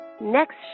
Next